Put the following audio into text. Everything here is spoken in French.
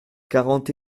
quarante